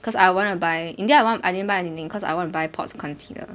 cause I want to buy in the end I want I didn't buy anything cause I want to buy pot concealer